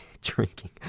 drinking